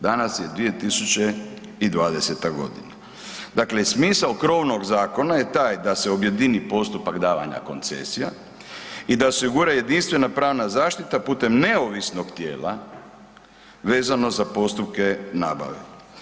Danas je 2020. g., dakle, smisao krovnog zakona je taj da se objedini postupak davanja koncesija i da se osigura jedinstvena pravna zaštita putem neovisnog tijela vezano za postupke nabave.